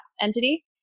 entity